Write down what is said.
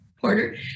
porter